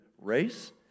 race